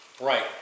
right